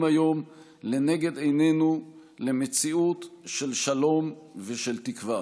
היום לנגד עינינו למציאות של שלום ושל תקווה.